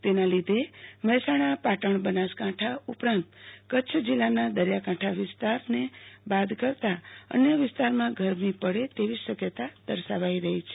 તેના લીધે મહેસાણા પાટણ બનાસકાંઠા ઉપરાંત કચ્છ જિલ્લાના દરિયાકાંઠા વિસ્તારને બાદ કરતા અન્ય વિસ્તારમાં ગરમી પડે તેવી શક્યતા દર્શાવાઈ છે